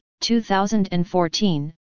2014